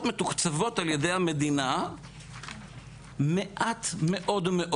מתוקצבות על ידי המדינה - מעט מאוד מאוד,